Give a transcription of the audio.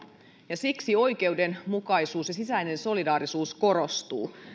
ja siksi oikeudenmukaisuus ja sisäinen solidaarisuus korostuu